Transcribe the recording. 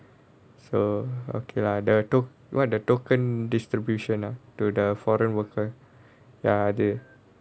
so okay lah the tok~ what the token distribution ah to the foreign worker ya they